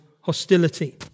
hostility